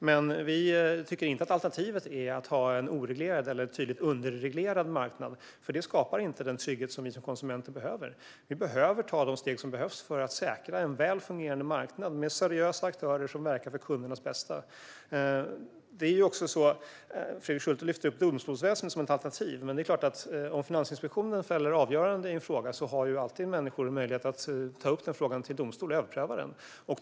Men vi tycker inte att alternativet är att ha en oreglerad eller tydligt underreglerad marknad, för det skapar inte den trygghet vi som konsumenter behöver. Vi behöver ta de nödvändiga stegen för att säkra en välfungerande marknad med seriösa aktörer som verkar för kundernas bästa. Fredrik Schulte lyfter fram domstolsväsendet som ett alternativ. Om Finansinspektionen fäller avgörande i en fråga har människor alltid möjlighet att ta frågan till domstol för att få den överprövad.